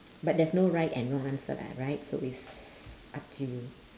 but there's no right and wrong answer lah right so it's up to you